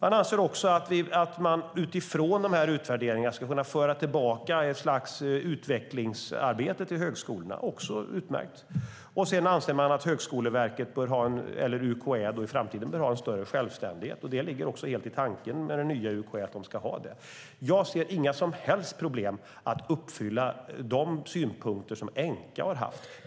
För det andra anser man att vi utifrån de här utvärderingarna ska kunna föra tillbaka ett slags utvecklingsarbete till högskolorna. Det är också utmärkt. För det tredje anser man att Högskoleverket, eller UKÄ i framtiden, bör ha en större självständighet. Det är också tanken med det nya UKÄ att de ska ha det. Jag ser inga som helst problem med att tillmötesgå de synpunkter som Enqa har haft.